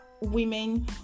women